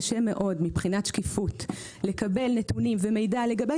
קשה מאוד מבחינת שקיפות לקבל נתונים ומידע לגבי